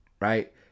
Right